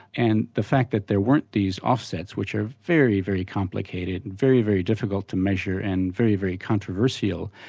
and the fact that there weren't these offsets which are very, very complicated, and very, very difficult to measure and very, very controversial,